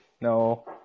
No